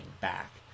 back